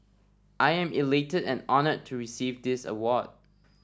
I am elated and honoured to receive this award